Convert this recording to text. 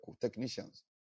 technicians